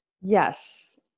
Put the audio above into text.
Yes